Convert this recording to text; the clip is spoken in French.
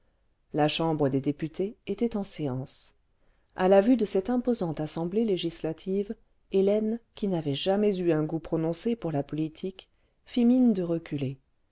la chambre des députés était en séance a la vue de cette imposante assemblée législative législative qui n'avait jamais eu un goût prononcé pour la politique fit mine de reculer